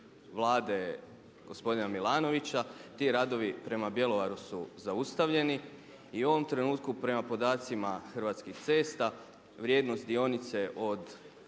Vlade gospodina Milanovića ti radovi prema Bjelovaru su zaustavljeni i u ovom trenutku prema podacima Hrvatskih cesta vrijednost dionice od